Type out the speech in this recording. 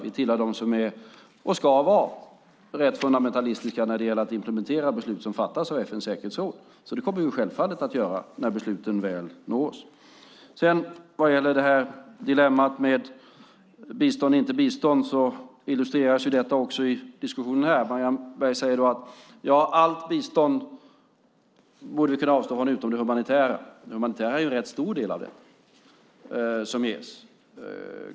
Vi hör till dem som är och ska vara rätt fundamentalistiska när det gäller att implementera beslut som fattas av FN:s säkerhetsråd. Det kommer vi alltså självfallet att göra när besluten väl når oss. Dilemmat bistånd eller inte bistånd illustreras också i diskussionen här. Marianne Berg säger att vi borde stoppa allt bistånd utom det humanitära. Det humanitära biståndet är dock en rätt stor del av det som ges.